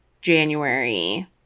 january